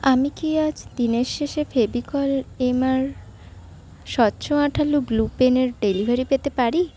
আমি কি আজ দিনের শেষে ফেভিকল এমআর স্বচ্ছ আঠালো গ্লু পেনের ডেলিভারি পেতে পারি